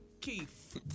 Keith